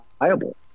liable